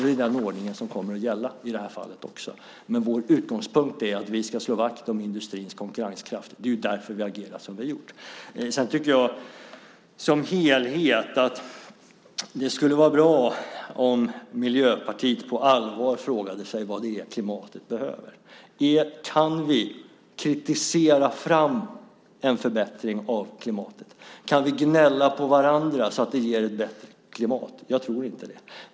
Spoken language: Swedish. Det är den ordningen som kommer att gälla i det här fallet också. Men vår utgångspunkt är att vi ska slå vakt om industrins konkurrenskraft. Det är därför vi agerar som vi har gjort. Som helhet tycker jag att det skulle vara bra om Miljöpartiet på allvar frågade sig vad det är klimatet behöver. Kan vi kritisera fram en förbättring av klimatet? Kan vi gnälla på varandra så att det ger ett bättre klimat? Jag tror inte det.